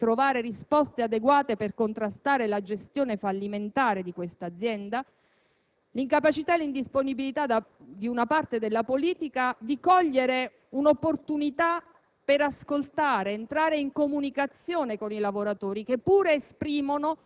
In definitiva, riteniamo che questa mozione testimoni l'incapacità e l'indisponibilità di una parte della politica - che non ha saputo negli anni trovare risposte adeguate per contrastare la gestione fallimentare di quest'azienda